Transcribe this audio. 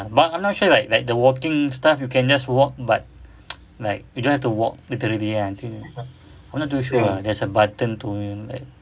but I'm not sure like like the walking stuff you can just walk but like you don't have to walk literally ah I'm not too sure ah there's a button to like